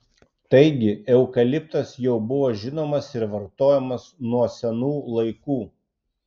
taigi eukaliptas jau buvo žinomas ir vartojamas nuo senų laikų